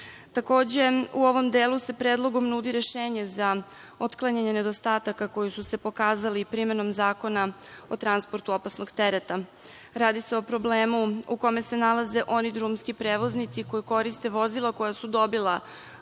tela. Takođe, u ovom delu se predlogom nudi rešenje za otklanjanje nedostatka koji su se pokazali primenom Zakona o transportu opasnog tereta. Radi se o problemu u kome se nalaze oni drumski prevoznici koji koriste vozila koja su dobila